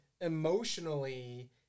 emotionally